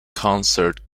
concert